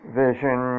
vision